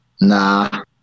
Nah